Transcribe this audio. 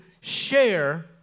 share